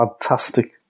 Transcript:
fantastic